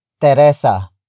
teresa